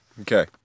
Okay